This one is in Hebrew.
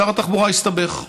שר התחבורה הסתבך.